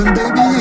baby